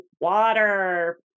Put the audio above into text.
water